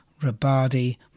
Rabadi